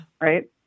right